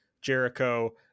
Jericho